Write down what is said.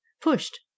pushed